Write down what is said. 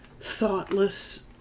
thoughtless